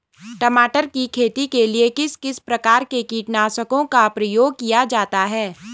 टमाटर की खेती के लिए किस किस प्रकार के कीटनाशकों का प्रयोग किया जाता है?